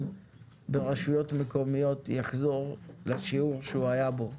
ברשויות מקומיות יחזור לשיעור שהוא היה בו.